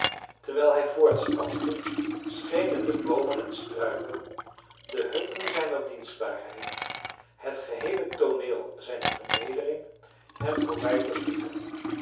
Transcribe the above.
terwijl hij voortstapte schenen de boomen en struiken de hutten zijner dienstbaarheid het geheele tooneel zijner vernedering hem voorbij te vliegen